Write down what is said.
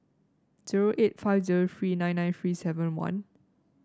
zero eight five zero three nine nine three seven one